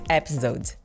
episode